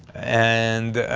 and, ah,